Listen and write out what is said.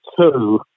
two